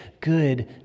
good